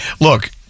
look